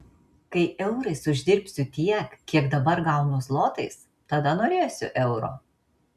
kai eurais uždirbsiu tiek kiek dabar gaunu zlotais tada norėsiu euro